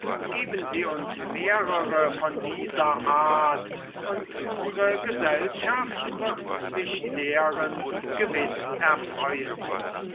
geben sie uns mehrere von dieser art und unsre gesellschaft wird sich deren gewiß erfreuen